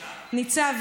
ניצב.